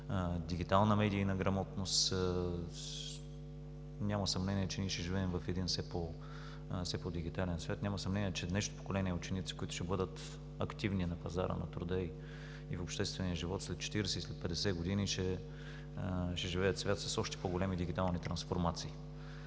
дигитална медийна грамотност. Няма съмнение, че ние ще живеем в един все по-дигитален свят. Няма съмнение, че днешното поколение ученици, които ще бъдат активни на пазара на труда и в обществения живот след 40 и след 50 години ще живеят в свят с още по-големи дигитални трансформации.